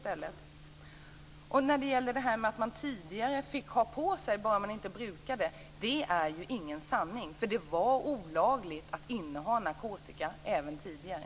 Jeppe Johnsson sade att man tidigare fick ha narkotika på sig bara man inte brukade den. Det är ju inte sant. Det var olagligt att inneha narkotika även tidigare.